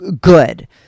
good